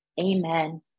Amen